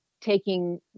taking